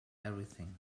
everything